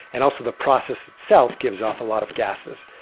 and also the process itself gives off a lot of gases.